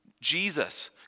Jesus